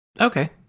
Okay